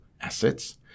assets